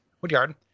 Woodyard